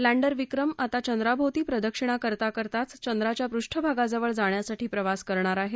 lander Vikram आता चंद्राभोवती प्रदक्षिणा करता करताच चंद्राच्या पृष्ठभागाजवळ जाण्यासाठी प्रवास करणार आहे